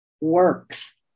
works